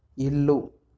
ఇల్లు